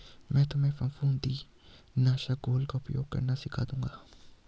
मैं तुम्हें फफूंद नाशक घोल का उपयोग करना सिखा दूंगा